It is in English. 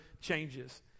changes